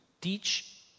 teach